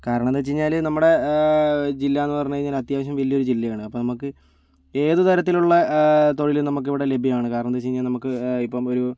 കാരണം എന്താ വെച്ച് കഴിഞ്ഞാൽ നമ്മുടെ ജില്ലയെന്ന് പറഞ്ഞു കഴിഞ്ഞാൽ അത്യാവശ്യം വലിയൊരു ജില്ലയാണ് അപ്പോൾ നമുക്ക് ഏതുതരത്തിലുള്ള തൊഴിലും നമുക്കിവിടെ ലഭ്യമാണ് കാരണം എന്താ വെച്ച് കഴിഞ്ഞാല് നമുക്ക് ഇപ്പോൾ ഒരു